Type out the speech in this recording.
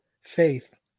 faith